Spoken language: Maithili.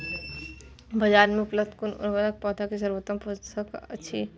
बाजार में उपलब्ध कुन उर्वरक पौधा के सर्वोत्तम पोषक अछि?